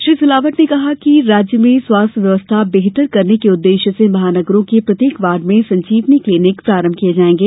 श्री सिलावट ने कहा कि राज्य में स्वास्थ्य व्यवस्था बेहतर करने के उद्देश्य से महानगरों के प्रत्येक वार्ड में संजीवनी क्लीनिक प्रारंभ किए जाएंगे